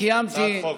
הצעת חוק,